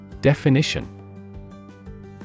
Definition